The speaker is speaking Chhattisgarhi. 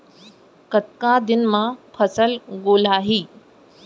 कतका दिन म फसल गोलियाही?